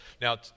Now